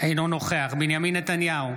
אינו נוכח בנימין נתניהו,